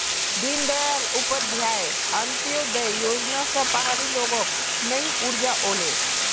दीनदयाल उपाध्याय अंत्योदय योजना स पहाड़ी लोगक नई ऊर्जा ओले